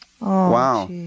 Wow